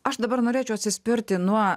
aš dabar norėčiau atsispirti nuo